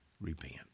repent